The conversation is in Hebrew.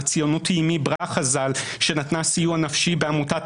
הציונות היא אמי ברכה ז"ל שנתנה סיוע נפשי בעמותת